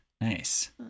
nice